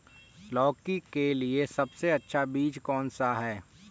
लौकी के लिए सबसे अच्छा बीज कौन सा है?